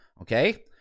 Okay